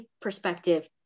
perspective